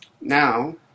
Now